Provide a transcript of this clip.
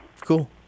Cool